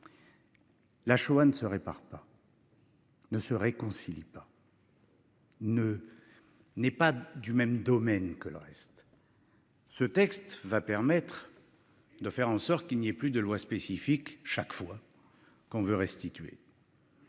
La Shoah ne se répare pas. Ne se réconcilient pas. Ne. N'est pas du même domaine que le reste. Ce texte va permettre. De faire en sorte qu'il n'y ait plus de loi spécifique. Chaque fois qu'on veut restituer.